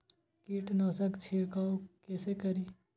कीट नाशक छीरकाउ केसे करी?